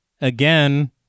again